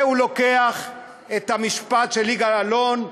זה הוא לוקח את המשפט של יגאל אלון,